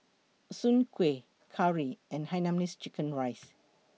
Soon Kuih Curry and Hainanese Chicken Rice